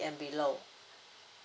and below